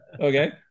okay